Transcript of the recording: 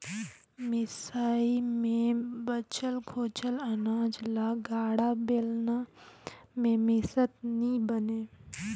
मिसई मे बाचल खोचल अनाज ल गाड़ा, बेलना मे मिसत नी बने